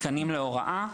תקנים להוראה,